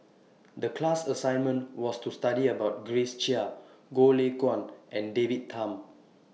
The class assignment was to study about Grace Chia Goh Lay Kuan and David Tham